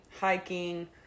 hiking